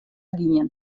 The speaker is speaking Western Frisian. gien